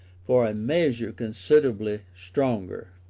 for a measure considerably stronger.